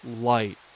light